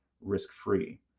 risk-free